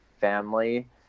family